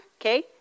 okay